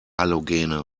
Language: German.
halogene